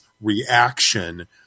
reaction